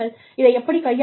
இதை எப்படிக் கையாளுவீர்கள்